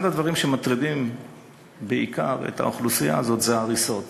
אחד הדברים העיקריים שמטרידים את האוכלוסייה הזאת זה ההריסות.